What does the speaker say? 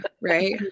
right